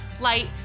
light